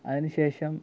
അതിനുശേഷം